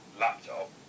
laptop